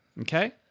Okay